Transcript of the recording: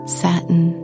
satin